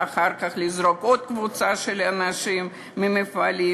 ואחר כך לזרוק עוד קבוצה של אנשים ממפעלים.